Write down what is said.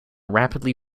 rapidly